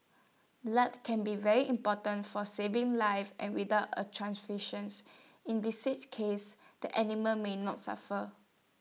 blood can be very important for saving lives and without A transfusions in cases the animal may not suffer